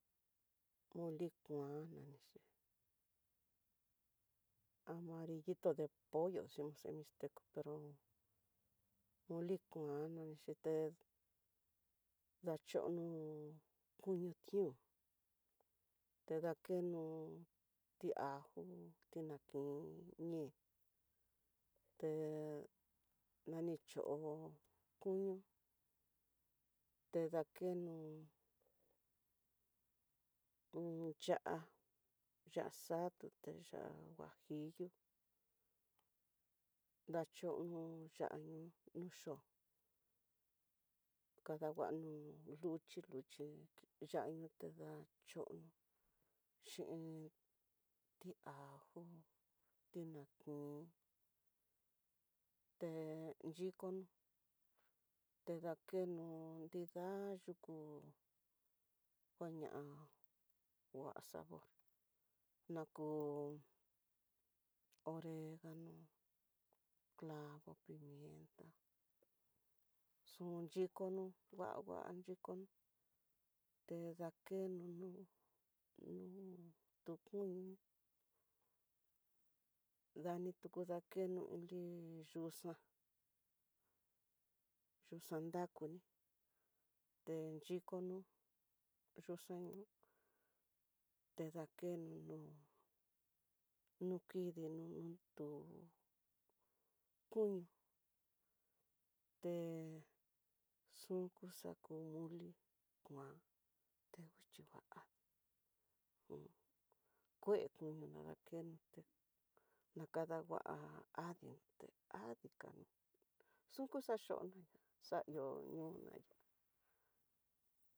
Moli kuan nanixhi, amarillito de pollo yanoxe mixteco, pero moli kuan nanixhi té dachono kuño tión te dakeno ti ajo, tinakin ñin te nani chó koño te dakeno un ya'á, ya'á xatu ya'á huajillo, dacho ya'á no yó kadanguano luxhi, luxhi ya'á inte dachono xhin ti ajó, tinankin te yikono te dakeno nrida yuku, nguaña ngua sabor naku oreganó, clavo, pimienta xun xhikono ngua ngua yikono, te dakeno no tu kuño dani tuku dakeno li yuxa, yuxa dakuin, texhikono yuxa te dakeno, nu kidii no tu kuño te xunku xaku moli kuan tegui xhingua adii un kue koño nadakeno té nakadangua adionte adikan chukuxachona ndiá xa ihó ñona ihá.